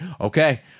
okay